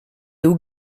hauts